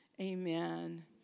Amen